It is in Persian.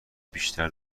بیشتر